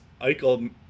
Eichel